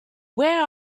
where